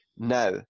now